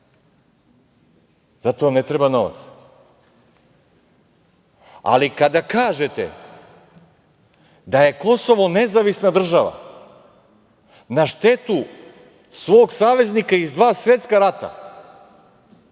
za to vam ne treba novac. Ali, kada kažete da je Kosovo nezavisna država, na štetu svog saveznika iz dva svetska rata,